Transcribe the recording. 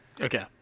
Okay